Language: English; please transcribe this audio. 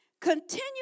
continue